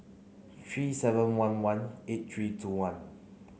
three seven one one eight three two one